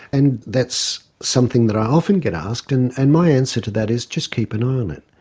and that's something that i often get asked, and and my answer to that is just keep an eye on it.